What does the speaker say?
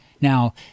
Now